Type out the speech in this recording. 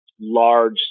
large